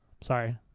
Sorry